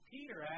Peter